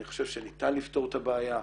אני חושב שניתן לפתור את הבעיה.